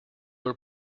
were